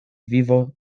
vivo